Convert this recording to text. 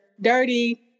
Dirty